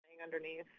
underneath